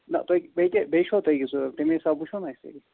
نہَ تُہۍ بیٚیہِ کیٛاہ بیٚیہِ چھُوا تۅہہِ یہِ ضروٗرت تَمے حِساب وُچھو نا أسۍ ییٚتہِ